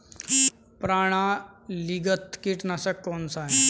प्रणालीगत कीटनाशक कौन सा है?